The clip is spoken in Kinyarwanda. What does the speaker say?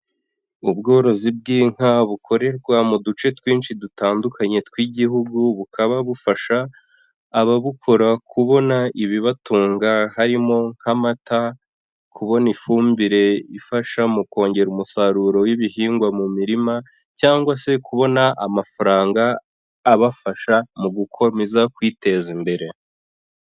Ubworozi bw'inka bukorerwa mu duce twinshi dutandukanye tw'igihugu, bukaba bufasha ababukora kubona ibibatunga harimo nk'amata, kubona ifumbire ifasha mu kongera umusaruro w'ibihingwa mu mirima cyangwa se kubona amafaranga abafasha mu gukomeza kwiteza imbere.